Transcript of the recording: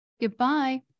Goodbye